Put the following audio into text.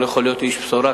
אני לא יכול להיות איש בשורה,